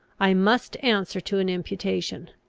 i must answer to an imputation,